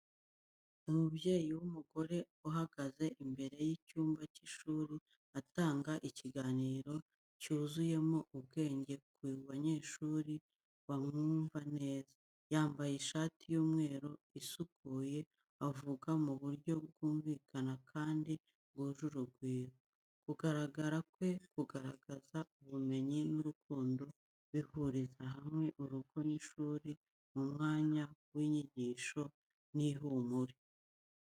Umubyeyi w’umugore ahagaze imbere y’icyumba cy’ishuri, atanga ikiganiro cyuzuyemo ubwenge ku banyeshuri bamwumva neza. Yambaye ishati y’umweru isukuye, avuga mu buryo bwumvikana kandi bwuje urugwiro. Kugaragara kwe kugaragaza ubumenyi n’urukundo, bihuriza hamwe urugo n’ishuri mu mwanya w’inyigisho n’ihumure.